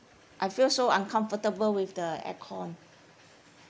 I feel so uncomfortable with the aircon